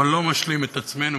אבל לא משלים את עצמנו,